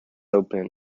open